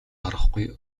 орохгүй